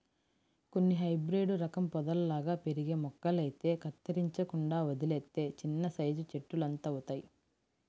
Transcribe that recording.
కొన్ని హైబ్రేడు రకం పొదల్లాగా పెరిగే మొక్కలైతే కత్తిరించకుండా వదిలేత్తే చిన్నసైజు చెట్టులంతవుతయ్